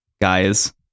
guys